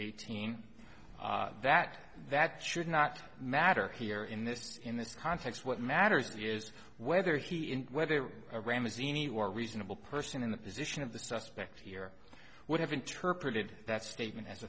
eighteen that that should not matter here in this in this context what matters is whether he in whether a ram azimi or reasonable person in the position of the suspect here would have interpreted that statement as